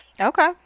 okay